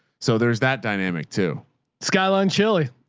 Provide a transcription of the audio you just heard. so there's that dynamic to skyline chili.